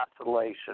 isolation